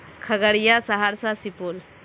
Khagaria Saharsa Supaul